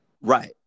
Right